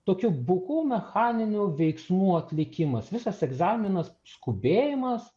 tokių bukų mechaninių veiksmų atlikimas visas egzaminas skubėjimas